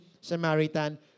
Samaritan